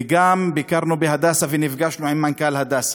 וגם ביקרנו בהדסה, ונפגשנו עם מנכ"ל הדסה,